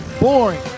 boring